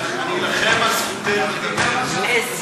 אני אלחם על זכותך לדבר, רק